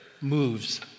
moves